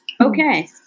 okay